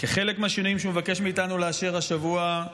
כחלק מהשינויים שהוא מבקש מאיתנו לאשר השבוע,